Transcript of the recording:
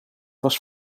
was